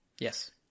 Yes